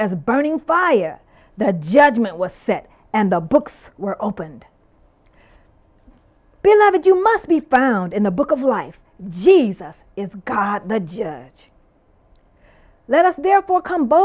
as a burning fire the judgment was set and the books were opened beloved you must be found in the book of life jesus is god the judge let us therefore com